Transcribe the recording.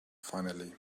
finally